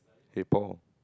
hey Paul